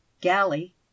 galley